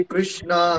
Krishna